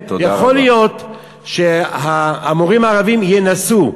יכול להיות שהמורים הערבים ינסו,